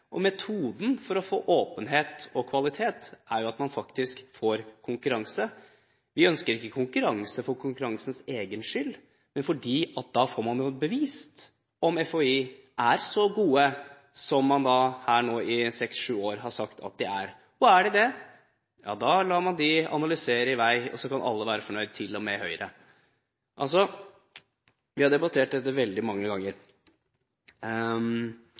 Metoden for å få åpenhet og kvalitet er at man faktisk får konkurranse. Vi ønsker ikke konkurranse for konkurransens egen skyld, men fordi man da får bevist om FHI er så god som man har sagt i seks–sju år at de er. Er de det, lar man dem analysere i vei, og alle kan være fornøyd – til og med Høyre. Vi har debattert dette veldig mange ganger,